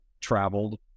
traveled